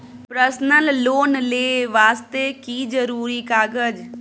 Personal loan ले वास्ते की जरुरी कागज?